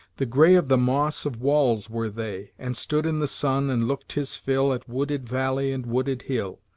the gray of the moss of walls were they and stood in the sun and looked his fill at wooded valley and wooded hill.